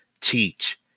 teach